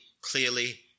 clearly